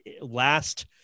last